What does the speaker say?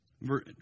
Verse